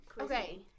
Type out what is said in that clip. Okay